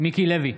מיקי לוי,